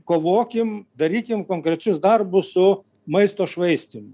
kovokim darykim konkrečius darbus su maisto švaistymu